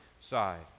side